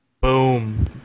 boom